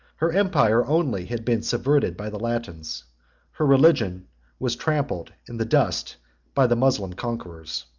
her empire only had been subverted by the latins her religion was trampled in the dust by the moslem conquerors.